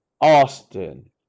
Austin